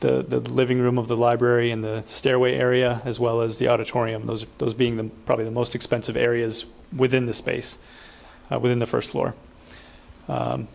the living room of the library in the stairway area as well as the auditorium those are those being the probably the most expensive areas within the space within the first floor